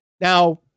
Now